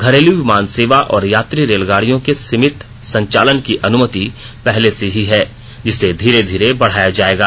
घरेलू विमान सेवा और यात्री रेलगाड़ियों के सीमित संचालन की अनुमति पहले से ही है जिसे धीरे धीरे बढ़ाया जाएगा